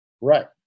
Right